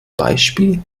beispiel